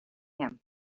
him